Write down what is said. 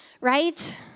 right